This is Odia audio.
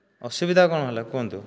ଅସୁବିଧା କଣ ହେଲା କୁହନ୍ତୁ